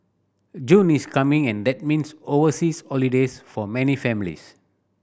June is coming and that means overseas holidays for many families